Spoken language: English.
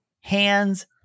Hands